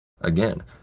again